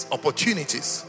Opportunities